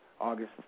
august